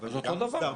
אבל זה אותו דבר.